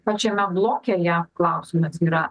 pačiame bloke jam klausimas yra